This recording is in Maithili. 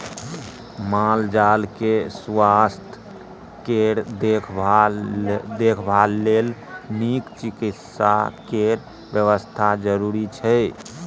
माल जाल केँ सुआस्थ केर देखभाल लेल नीक चिकित्सा केर बेबस्था जरुरी छै